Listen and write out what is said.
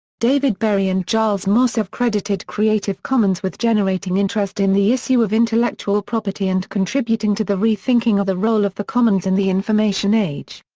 david berry and giles moss have credited creative commons with generating interest in the issue of intellectual property and contributing to the re-thinking of the role of the commons in and the information age.